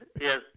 Yes